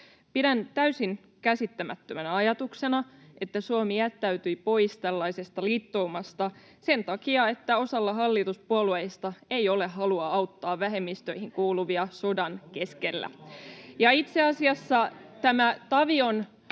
Pidän täysin käsittämättömänä ajatuksena, että Suomi jättäytyi pois tällaisesta liittoumasta sen takia, että osalla hallituspuolueista ei ole halua auttaa vähemmistöihin kuuluvia sodan keskellä. [Päivi Räsänen: